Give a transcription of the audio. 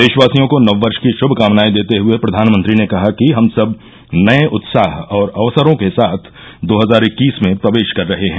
देशवासियों को नव वर्ष की शुभकामनाएं देते हुए प्रधानमंत्री ने कहा कि हम सब नये उत्साह और अवसरों के साथ दो हजार इक्कीस में प्रवेश कर रहे हैं